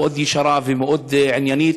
מאוד ישרה ומאוד עניינית.